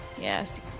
Yes